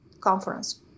conference